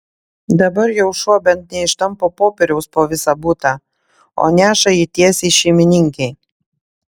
dabar jau šuo bent neištampo popieriaus po visą butą o neša jį tiesiai šeimininkei